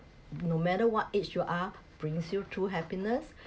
no matter what age you are brings you true happiness